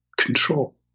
control